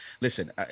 listen